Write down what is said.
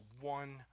one